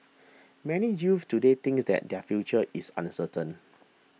many youths today think that their future is uncertain